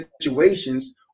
situations